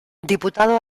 diputado